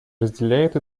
разделяет